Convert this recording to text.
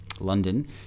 London